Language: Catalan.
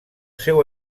seu